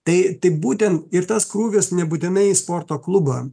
tai tai būtent ir tas krūvis nebūtinai į sporto klubą